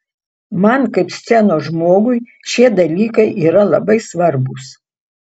man kaip scenos žmogui šie dalykai yra labai svarbūs